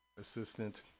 assistant